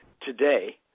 today